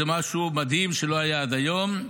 זה משהו מדהים שלא היה עד היום,